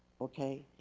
okay?